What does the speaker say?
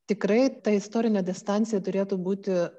tikrai ta istorinė distancija turėtų būti